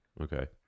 Okay